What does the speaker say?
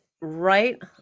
right